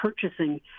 purchasing